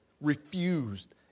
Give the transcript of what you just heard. Refused